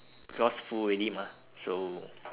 because full already mah so